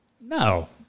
No